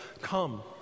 come